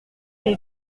l’ai